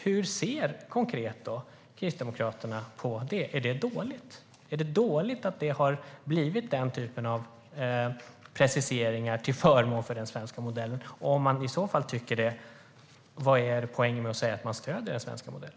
Hur ser Kristdemokraterna konkret på det? Är det dåligt? Är det dåligt att man har gjort den typen av preciseringar till förmån för den svenska modellen? Om Kristdemokraterna tycker det, vad är då poängen med att säga att man stöder den svenska modellen?